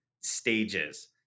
stages